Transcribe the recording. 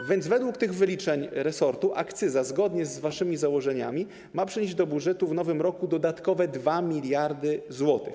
A więc według tych wyliczeń resortu akcyza, zgodnie z waszymi założeniami, ma przynieść do budżetu w nowym roku dodatkowe 2 mld zł.